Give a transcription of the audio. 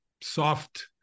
soft